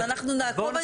אז אנחנו נעקוב.